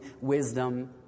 wisdom